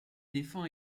défend